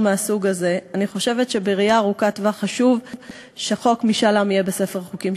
נמשיך לחשוב שזאת לא זכותך,